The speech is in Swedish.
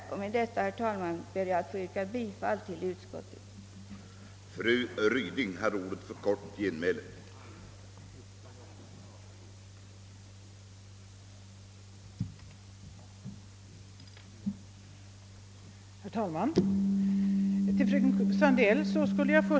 Jag kommer, herr talman, att ansluta mig till ett yrkande om bifall till andra lagutskottets förslag.